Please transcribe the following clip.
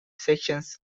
sections